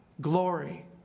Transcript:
glory